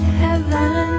heaven